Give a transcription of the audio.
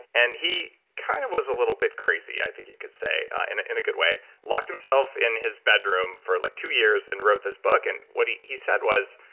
and he kind of was a little bit crazy, i think you could say, and in a good way. locked himself in his bedroom for like two years and wrote this book. and what he he said was,